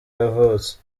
yavutse